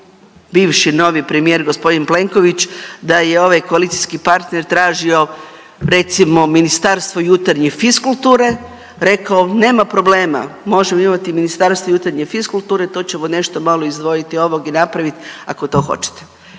bivši novi premijer g. Plenković da je ovaj koalicijski partner tražio recimo ministarstvo jutarnje fiskulture rekao nema problema, možemo imati ministarstvo jutarnje fiskulture to ćemo nešto malo izdvojiti ovog i napravit ako to hoćete.